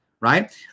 Right